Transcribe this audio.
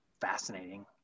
fascinating